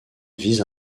vise